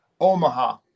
Omaha